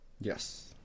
Yes